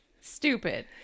stupid